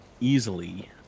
easily